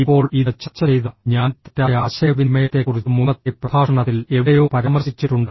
ഇപ്പോൾ ഇത് ചർച്ച ചെയ്ത ഞാൻ തെറ്റായ ആശയവിനിമയത്തെക്കുറിച്ച് മുമ്പത്തെ പ്രഭാഷണത്തിൽ എവിടെയോ പരാമർശിച്ചിട്ടുണ്ട്